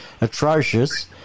atrocious